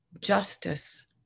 justice